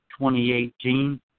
2018